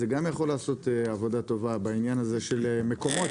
זה גם יכול לעשות עבודה טובה בעניין הזה של מקומות,